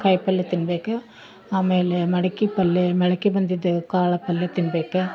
ಕಾಯಿ ಪಲ್ಲೆ ತಿನ್ಬೇಕು ಆಮೇಲೆ ಮಡಕ್ಕೆ ಪಲ್ಲೆ ಮೊಳಕೆ ಬಂದಿದ್ದ ಕಾಳು ಪಲ್ಲೆ ತಿನ್ಬೇಕು